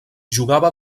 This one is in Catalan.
jugava